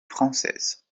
française